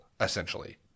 essentially